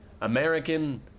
American